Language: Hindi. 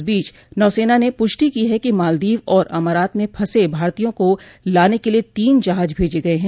इस बीच नौसेना ने पुष्टि की है कि मालदीव और अमारात में फंसे भारतीयों को लाने के लिए तीन जहाज भेजे गए हैं